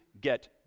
get